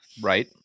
Right